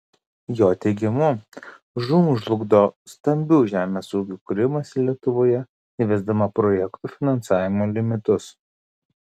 jo teigimu žūm žlugdo stambių žemės ūkių kūrimąsi lietuvoje įvesdama projektų finansavimo limitus